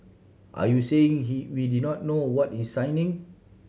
are you saying he we did not know what he's signing